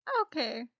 Okay